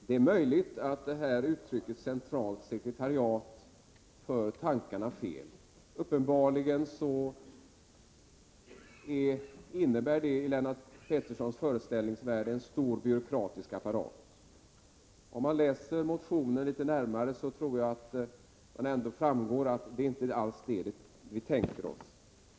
Herr talman! Det är möjligt att uttrycket centralt sekretariat för tankarna fel. Uppenbarligen innebär det i Lennart Petterssons föreställningsvärld en stor, byråkratisk apparat. Om man läser motionen litet närmare, tror jag att det ändå framgår att det inte alls är det vi tänker oss.